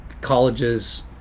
colleges